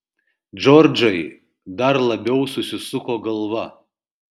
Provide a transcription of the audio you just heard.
džordžai dar labiau susisuko galva